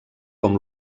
com